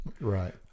Right